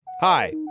Hi